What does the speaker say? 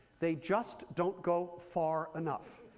they just don't go far enough.